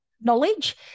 knowledge